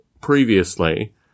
previously